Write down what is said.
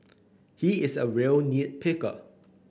he is a real nit picker